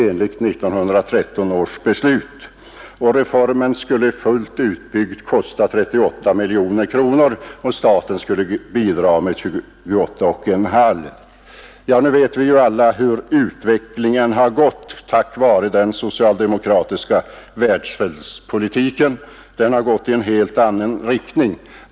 Reformen skulle, fullt utbyggd, kosta 38 miljoner kronor, varav staten skulle bidra med 28,5 miljoner. Nu vet vi alla att utvecklingen tack vare den socialdemokratiska välfärdspolitiken har tagit en helt annan riktning.